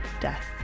death